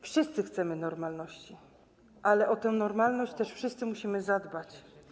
Wszyscy chcemy normalności, ale o tę normalność wszyscy musimy zadbać.